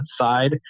side